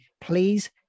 please